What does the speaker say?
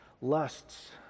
lusts